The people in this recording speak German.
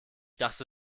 dachte